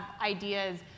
ideas